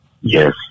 Yes